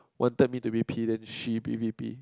wanted me to be P then she be V_P